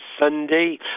Sunday